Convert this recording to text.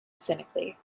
cynically